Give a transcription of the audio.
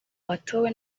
watowe